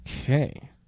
Okay